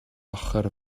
ochr